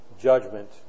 judgment